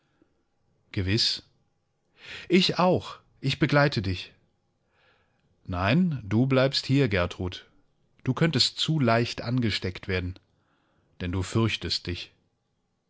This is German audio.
gewiß ich auch ich begleite dich nein du bleibst hier gertrud du könntest zu leicht angesteckt werden denn du fürchtest dich